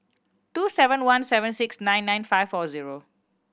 two seven one seven six nine nine five four zero